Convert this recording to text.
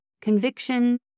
conviction